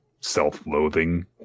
self-loathing